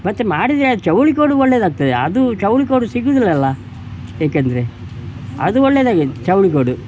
ಮತ್ತು ಮಾಡಿದೆ ಅದು ಚೌಳಿ ಕೋಡು ಒಳ್ಳೆಯದಾಗ್ತದೆ ಅದೂ ಚೌಳಿಕೋಡು ಸಿಗುವುದಿಲ್ಲಲ್ಲ ಏಕೆಂದರೆ ಅದು ಒಳ್ಳೆದಾಗ್ಯದ ಚೌಳಿಕೋಡು